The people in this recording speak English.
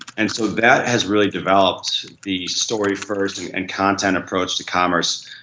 and so that has really developed the story first and content approach to commerce.